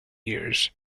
years